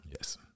Yes